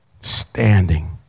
Standing